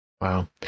Wow